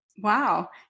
Wow